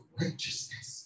righteousness